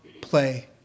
play